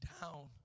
down